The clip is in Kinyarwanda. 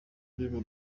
kwiga